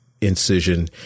incision